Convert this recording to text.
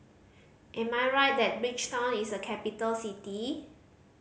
am I right that Bridgetown is a capital city